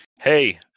Hey